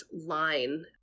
line